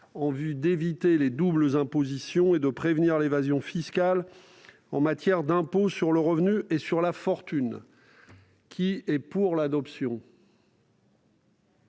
en vue d'éviter les doubles impositions et de prévenir l'évasion fiscale en matière d'impôts sur le revenu et sur la fortune (projet n°